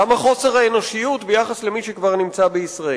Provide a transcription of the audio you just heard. למה חוסר האנושיות ביחס למי שכבר נמצא בישראל?